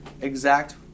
exact